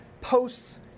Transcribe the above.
posts